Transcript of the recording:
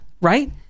Right